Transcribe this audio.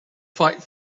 fight